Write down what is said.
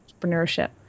entrepreneurship